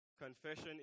confession